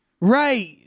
Right